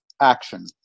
action